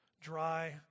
dry